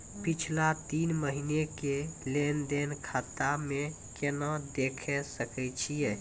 पिछला तीन महिना के लेंन देंन खाता मे केना देखे सकय छियै?